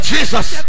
Jesus